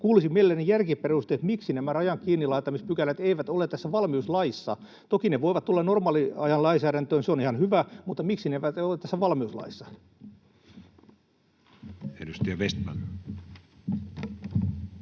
Kuulisin mielelläni järkiperusteet, miksi nämä rajan kiinnilaittamispykälät eivät ole tässä valmiuslaissa. Toki ne voivat olla normaaliajan lainsäädännössä, se on ihan hyvä, mutta miksi ne eivät ole tässä valmiuslaissa? [Speech